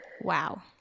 Wow